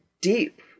deep